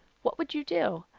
what would you do?